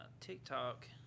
TikTok